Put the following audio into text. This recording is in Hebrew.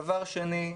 דבר שני,